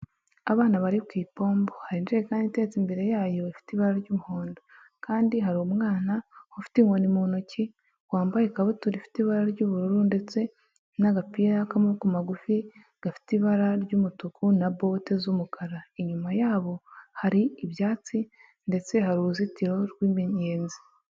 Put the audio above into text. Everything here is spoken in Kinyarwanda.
Abana bari ku ipombo, hari ijerekani itezetse imbere yayo ifite ibara ry'umuhondo, kandi hari umwana ufite inkoni mu ntoki wambaye ikabutura ifite ibara ry'ubururu, ndetse n'agapira k'amaboko magufi gafite ibara ry'umutuku na bote z'umukara, inyuma yabo hari ibyatsi ndetse hari uruzitiro rw'imiyenzi.